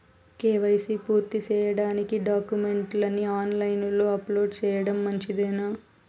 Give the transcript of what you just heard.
KYC పూర్తి సేయడానికి డాక్యుమెంట్లు ని ఆన్ లైను లో అప్లోడ్ సేయడం మంచిదేనా?